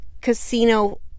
casino